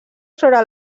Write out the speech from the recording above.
sobre